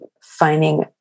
finding